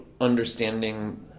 understanding